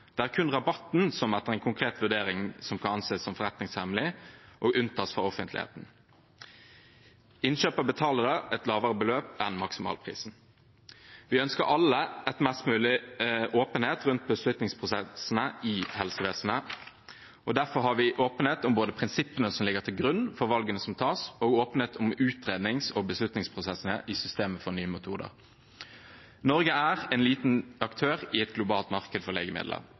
Det er kun rabatten som etter en konkret vurdering kan anses som forretningshemmelig og unntas fra offentligheten. Innkjøper betaler da et lavere beløp enn maksimalprisen. Vi ønsker alle mest mulig åpenhet rundt beslutningsprosessene i helsevesenet. Derfor har vi både åpenhet om prinsippene som ligger til grunn for valgene som tas, og åpenhet om utrednings- og beslutningsprosessene i systemet for nye metoder. Norge er en liten aktør i et globalt marked for legemidler.